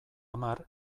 hamar